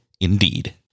Indeed